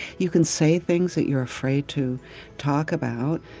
you can say things that you're afraid to talk about.